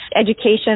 education